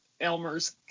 Elmer's